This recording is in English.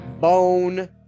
Bone